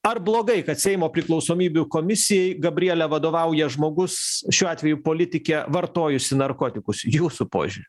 ar blogai kad seimo priklausomybių komisijai gabriele vadovauja žmogus šiuo atveju politikė vartojusi narkotikus jūsų požiūriu